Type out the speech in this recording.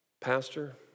Pastor